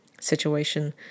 situation